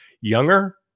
Younger